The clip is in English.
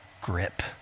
grip